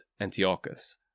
Antiochus